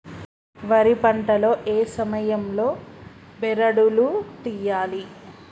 వరి పంట లో ఏ సమయం లో బెరడు లు తియ్యాలి?